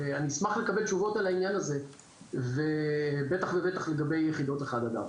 אני אשמח לקבל תשובות על העניין הזה ובטח ובטח לגבי יחידות אחת עד ארבע.